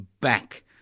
back